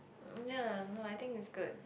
ya no I think it's good